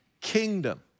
kingdom